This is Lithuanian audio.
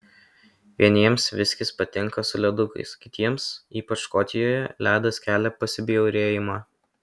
vieniems viskis patinka su ledukais kitiems ypač škotijoje ledas kelia pasibjaurėjimą